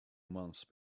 months